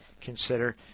consider